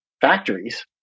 factories